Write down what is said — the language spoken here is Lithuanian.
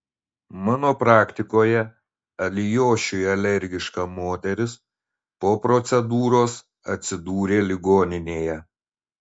mano praktikoje alijošiui alergiška moteris po procedūros atsidūrė ligoninėje